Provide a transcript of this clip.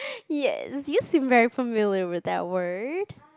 yes you seem very familiar with that word